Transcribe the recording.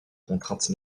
contraintes